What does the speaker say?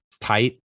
tight